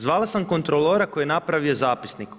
Zvala sam kontrolora koji je napravio zapisnik.